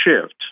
shift